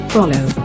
Follow